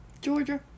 Georgia